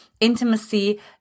intimacy